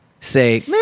say